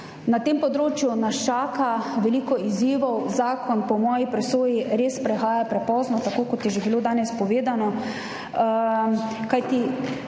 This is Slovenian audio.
Na tem področju nas čaka veliko izzivov. Zakon po moji presoji res prehaja prepozno, tako kot je bilo že danes povedano,